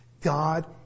God